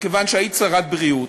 מכיוון שהיית שרת בריאות,